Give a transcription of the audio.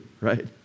right